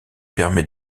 permet